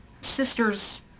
sister's